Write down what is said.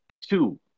Two